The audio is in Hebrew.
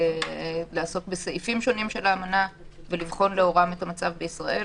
לעסוק בסעיפים שונים של האמנה ולבחון לאורם את המצב בישראל